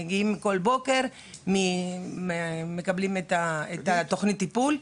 מגיעים כל בוקר ומקבלים את תכנית הטיפול.